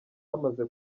bamaze